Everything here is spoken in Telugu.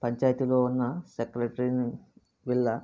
పంచాయతీలో ఉన్నసెక్రటరీ ని వీళ్ళ